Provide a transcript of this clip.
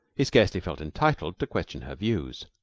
he scarcely felt entitled to question her views.